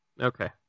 Okay